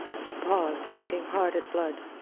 he paused, looking hard at blood.